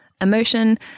emotion